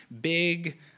big